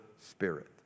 Spirit